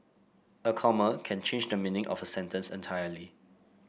a comma can change the meaning of a sentence entirely